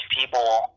people